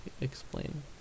Explain